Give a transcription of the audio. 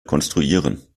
konstruieren